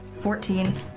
fourteen